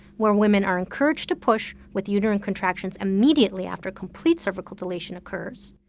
where women are encouraged to push with uterine contractions immediately after complete cervical dilation occurs,